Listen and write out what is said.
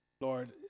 Lord